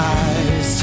eyes